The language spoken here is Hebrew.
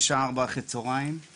החל מהשעה 16:00 היא בבחינת